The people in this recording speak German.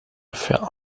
für